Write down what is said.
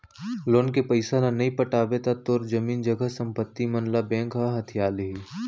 loan के पइसा ल नइ पटाबे त तोर जमीन जघा संपत्ति मन ल बेंक ह हथिया लिही